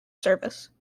service